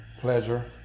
pleasure